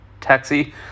Taxi